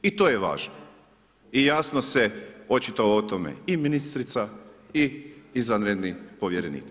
I to je važno i jasno se očitovala o tome i ministrica i izvanredni povjerenik.